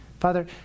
Father